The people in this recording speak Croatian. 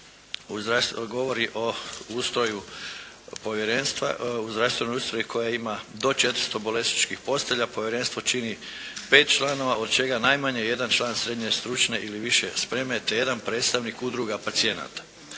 u zdravstvenoj ustanovi koja ima do 400 bolesničkih postelja. Povjerenstvo čini 5 članova od čega najmanje jedan član srednje stručne ili više spreme te jedan predstavnik udruga pacijenata.